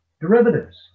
derivatives